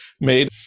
made